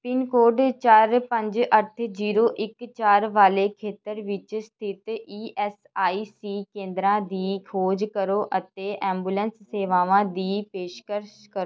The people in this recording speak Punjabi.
ਪਿੰਨਕੋਡ ਚਾਰ ਪੰਜ ਅੱਠ ਜੀਰੋ ਇੱਕ ਚਾਰ ਵਾਲੇ ਖੇਤਰ ਵਿੱਚ ਸਥਿਤ ਈ ਐੱਸ ਆਈ ਸੀ ਕੇਂਦਰਾਂ ਦੀ ਖੋਜ ਕਰੋ ਅਤੇ ਐਂਬੂਲੈਂਸ ਸੇਵਾਵਾਂ ਦੀ ਪੇਸ਼ਕਸ਼ ਕਰੋ